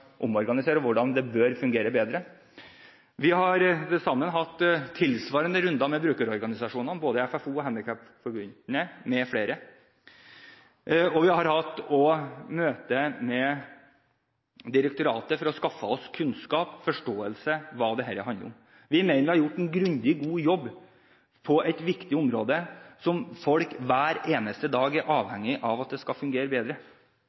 omorganisere og hvordan det bør fungere bedre. Vi har hatt tilsvarende runder med brukerorganisasjonene, både FFO og Handikapforbundet m.fl., og vi har også hatt møter med direktoratet for å skaffe oss kunnskap og forståelse om hva dette handler om. Vi mener vi har gjort en grundig og god jobb på et viktig område som folk hver eneste dag er avhengig av at skal fungere bedre.